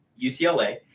UCLA